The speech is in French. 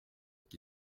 qui